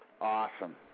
Awesome